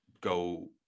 go